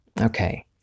Okay